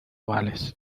vales